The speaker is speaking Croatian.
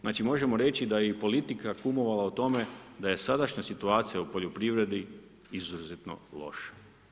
Znači, možemo reći da je i politika kumovala u tome da je sadašnja situacija u poljoprivredi izuzetno loša.